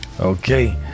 Okay